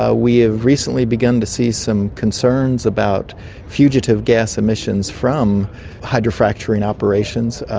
ah we have recently begun to see some concerns about fugitive gas emissions from hydro fracturing operations,